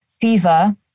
fever